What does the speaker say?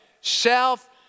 Self